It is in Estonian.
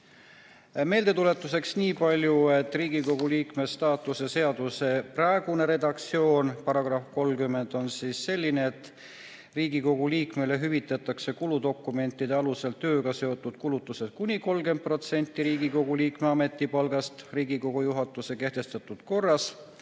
arvelt."Meeldetuletuseks nii palju, et Riigikogu liikme staatuse seaduse praeguse redaktsiooni § 30 on selline, et Riigikogu liikmele hüvitatakse kuludokumentide alusel tööga seotud kulutused kuni 30% Riigikogu liikme ametipalgast Riigikogu juhatuse kehtestatud korras.